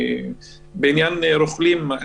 בעניין רוכלים,